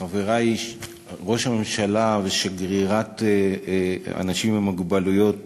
חברי ראש הממשלה ושגרירי האנשים עם מוגבלויות